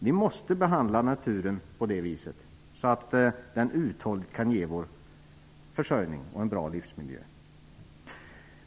Vi måste behandla naturen på det viset, så att den uthålligt kan ge vår försörjning och en bra livsmiljö.